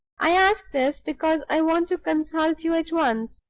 i ask this, because i want to consult you at once.